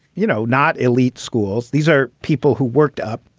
you know, not elite schools. these are people who worked up.